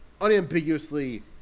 unambiguously